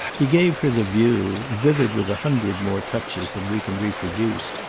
he gave her the view, vivid with a hundred more touches than we can reproduce,